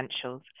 essentials